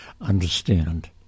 understand